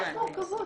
יש מורכבות